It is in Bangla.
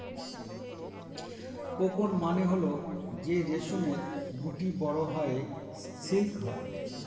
কোকুন মানে হল যে রেশমের গুটি বড়ো হয়ে সিল্ক হয়